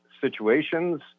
situations